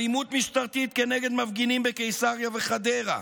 אלימות משטרתית כנגד מפגינים בקיסריה וחדרה,